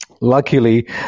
luckily